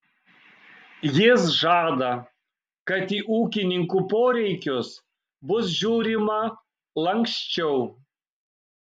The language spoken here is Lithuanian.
jis žada kad į ūkininkų poreikius bus žiūrima lanksčiau